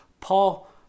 Paul